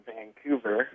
Vancouver